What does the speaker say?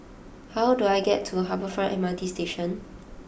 how do I get to Harbour Front M R T Station